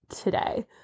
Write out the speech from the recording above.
today